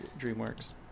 DreamWorks